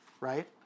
right